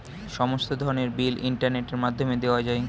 সমস্ত ধরনের বিল ইন্টারনেটের মাধ্যমে দেওয়া যায়